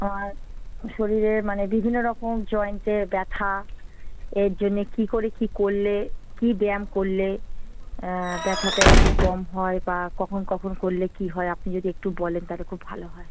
আমার শরীরে মানে বিভিন্ন রকম জয়েন্টে ব্যথা এর জন্য কী করে কী করলে কী ব্যায়াম করলে ব্যথাটা একটু কম হয় বা কখন কখন করলে কী হয় আপনি যদি একটু বলেন তাহলে খুব ভালো হয়